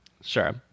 Sure